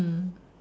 mm